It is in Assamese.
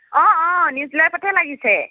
অঁ অঁ নিউজ লাইভতে লাগিছে